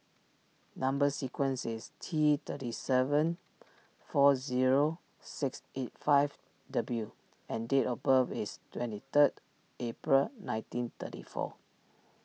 Number Sequence is T thirty seven four zero six eight five W and date of birth is twenty third April nineteen thirty four